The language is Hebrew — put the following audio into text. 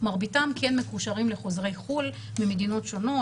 מרביתם כן מקושרים לחוזרי חו"ל ממדינות שונות.